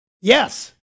Yes